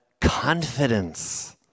confidence